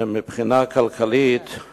שמבחינה כלכלית זה